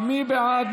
מי בעד?